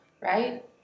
right